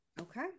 okay